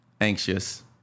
anxious